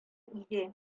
иде